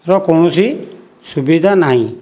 ର କୌଣସି ସୁବିଧା ନାହିଁ